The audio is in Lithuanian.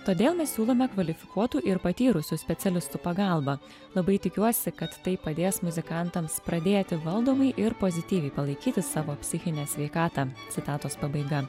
todėl mes siūlome kvalifikuotų ir patyrusių specialistų pagalbą labai tikiuosi kad tai padės muzikantams pradėti valdomai ir pozityviai palaikyti savo psichinę sveikatą citatos pabaiga